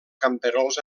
camperols